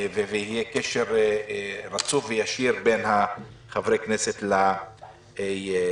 ויהיה קשר רצוף וישיר בין חברי הכנסת לשרים.